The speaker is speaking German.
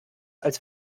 als